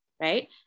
right